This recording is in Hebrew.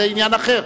זה עניין אחר.